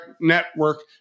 network